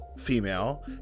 female